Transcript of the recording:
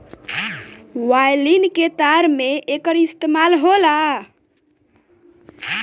violin के तार में एकर इस्तेमाल होला